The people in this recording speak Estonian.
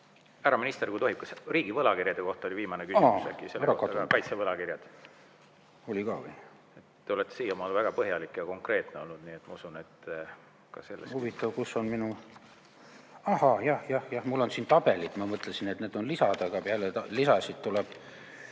Härra minister, kui tohib, riigi võlakirjade kohta oli viimane küsimus. Kaitse[investeeringuteks] võlakirjad. Oli ka või? Te olete siiamaani väga põhjalik ja konkreetne olnud, nii et ma usun, et ka selles … Huvitav, kus on minu … Ahaa, jah, jah. Mul on siin tabelid, ma mõtlesin, et need on lisad, aga peale lisasid tuleb,